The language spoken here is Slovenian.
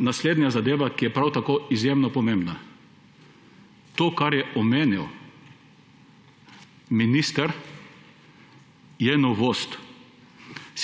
Naslednja zadeva, ki je prav tako izjemno pomembna – to, kar je omenil minister –, je novost: